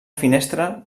finestra